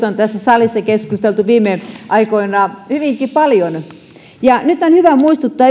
on tässä salissa keskusteltu viime aikoina hyvinkin paljon ja nyt on hyvä muistuttaa